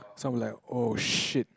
some will be like oh shit